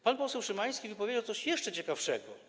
Pan poseł Szymański powiedział coś jeszcze ciekawszego.